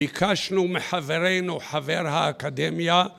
‫ביקשנו מחברנו, חבר האקדמיה,